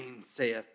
saith